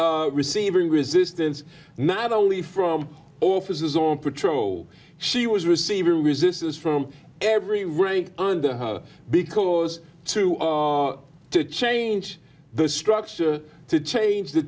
good receiving resistance not only from officers on patrol she was receiving resistance from every rank under her because to to change the structure to change the